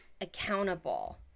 accountable